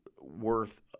worth